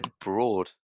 broad